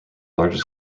largest